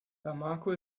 bamako